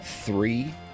Three